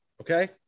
okay